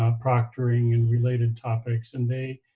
um proctoring, and related topics. and they